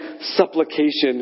supplication